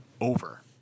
over